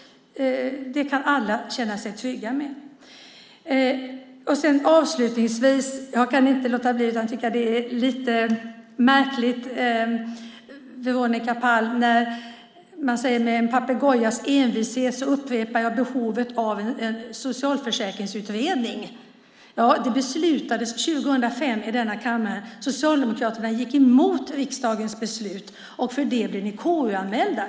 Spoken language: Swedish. Det kan alla känna sig trygga med. Det är lite märkligt att Veronica Palm säger att hon med en papegojas envishet upprepar behovet av en socialförsäkringsutredning. Det beslutades 2005 i denna kammare. Socialdemokraterna gick emot riksdagens beslut. För det blev ni KU-anmälda.